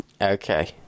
Okay